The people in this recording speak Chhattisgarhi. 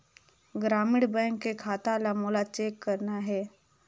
ग्रामीण बैंक के खाता ला मोला चेक करना हे?